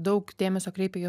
daug dėmesio kreipia į